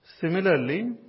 Similarly